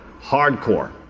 hardcore